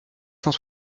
cent